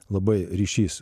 labai ryšys